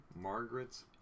Margaret's